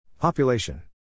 Population